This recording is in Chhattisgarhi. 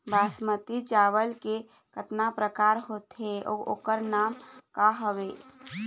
बासमती चावल के कतना प्रकार होथे अउ ओकर नाम क हवे?